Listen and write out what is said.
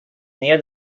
near